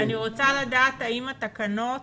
אני רוצה לדעת האם התקנות